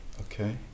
Okay